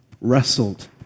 wrestled